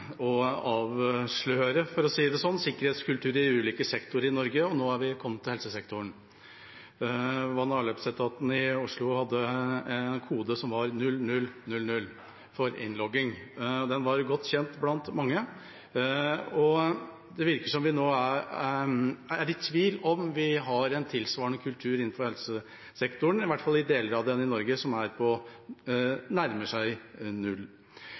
sikkerhetskultur i ulike sektorer i Norge, og nå har vi kommet til helsesektoren. Vann- og avløpsetaten i Oslo hadde en kode som var 0000 for innlogging, og den var godt kjent blant mange. Det virker som vi nå er i tvil om hvorvidt vi har en tilsvarende kultur innenfor helsesektoren, i hvert fall i deler av den, i Norge som nærmer seg null.